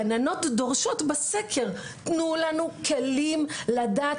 הגננות דורשות בסקר: תנו לנו כלים לדעת